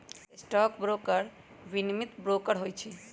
stock broker विनियमित broker होइ छइ